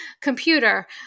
Computer